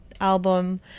album